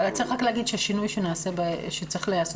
צריך להגיד רק ששינוי שצריך להיעשות